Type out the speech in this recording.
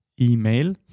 Email